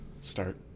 start